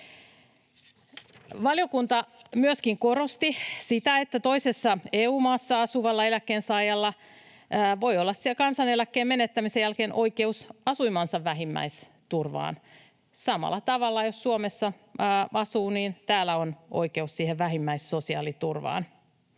Valiokunta myöskin korosti sitä, että toisessa EU-maassa asuvalla eläkkeensaajalla voi olla kansaneläkkeen menettämisen jälkeen oikeus asuinmaansa vähimmäisturvaan. Samalla tavalla, jos Suomessa asuu, täällä on oikeus siihen vähimmäissosiaaliturvaan.